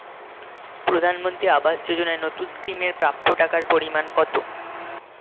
প্রধানমন্ত্রী আবাস যোজনায় নতুন স্কিম এর প্রাপ্য টাকার পরিমান কত?